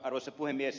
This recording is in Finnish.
arvoisa puhemies